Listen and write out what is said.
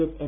S M